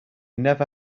never